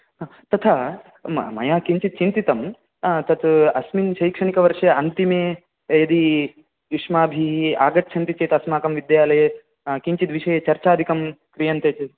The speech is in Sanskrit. ह तथा म मया किञ्चित् चिन्तितं तत् अस्मिन् शैक्षणिकवर्षे अन्तिमे यदि युष्माभिः आगच्छन्ति चेत् अस्माकं विद्यालये किञ्चित् विषये चर्चादिकं क्रियन्ते चेत्